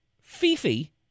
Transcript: fifi